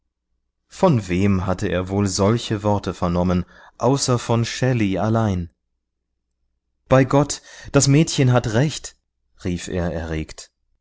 von wem hatte er wohl solche worte vernommen außer von shelley allein bei gott das mädchen hat recht rief er erregt